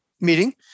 meeting